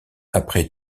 après